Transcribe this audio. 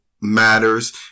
matters